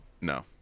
No